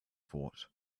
thought